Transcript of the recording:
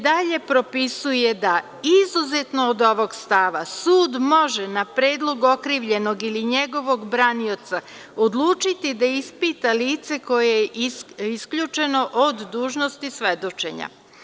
Dalje propisuje da izuzetno od ovog stava sud može, na predlog okrivljenog ili njegovog branioca, odlučiti da ispita lice koje je isključeno od dužnosti svedočenja.